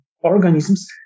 organisms